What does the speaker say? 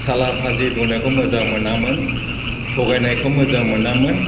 साला फाजि बुंनायखौ मोजां मोनामोन थगायनायखौ मोजां मोनामोन